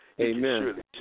Amen